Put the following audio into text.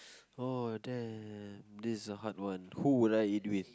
oh damn this is a hard one who would I eat with